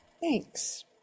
Thanks